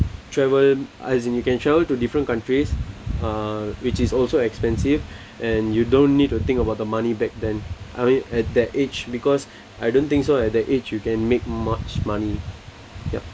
travel as in you can travel to different countries uh which is also expensive and you don't need to think about the money back then I mean at that age because I don't think so at that age you can make much money yup